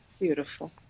Beautiful